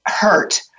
hurt